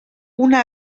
una